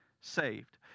saved